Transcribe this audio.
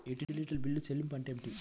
యుటిలిటీల చెల్లింపు అంటే ఏమిటి?